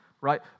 right